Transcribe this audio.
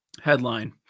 Headline